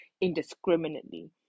indiscriminately